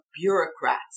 bureaucrats